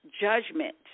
Judgment